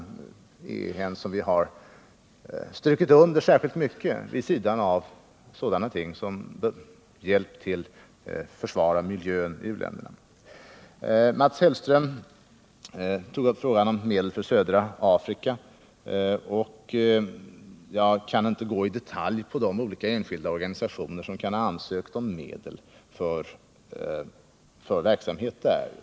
Det är en fråga som vi har strukit under särskilt kraftigt vid sidan av sådana ting som hjälp till försvar av miljön i uländerna. Mats Hellström tog upp frågan om medel för södra Afrika. Jag kan inte gå in i detalj på de olika enskilda organisationer som kan ha ansökt om medel för verksamhet där.